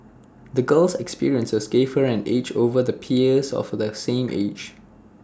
the girl's experiences gave her an edge over her peers of the same age